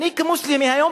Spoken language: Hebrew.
אני כמוסלמי היום,